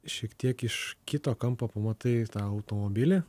šiek tiek iš kito kampo pamatai tą automobilį